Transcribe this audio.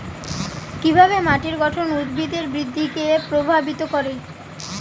কিভাবে মাটির গঠন উদ্ভিদের বৃদ্ধিকে প্রভাবিত করে?